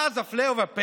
ואז, הפלא ופלא,